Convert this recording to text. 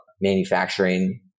manufacturing